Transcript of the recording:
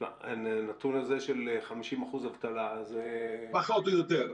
הנתון הזה, של 50% אבטלה זה --- פחות או יותר.